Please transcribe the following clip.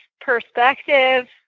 perspective